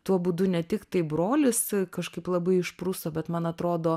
tuo būdu ne tik tai brolis kažkaip labai išpruso bet man atrodo